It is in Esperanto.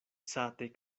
sate